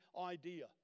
idea